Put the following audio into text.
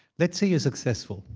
let's say you're successful.